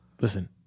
Listen